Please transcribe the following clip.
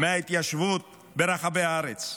מההתיישבות ברחבי הארץ.